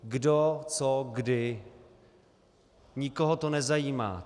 Kdo co kdy nikoho to nezajímá.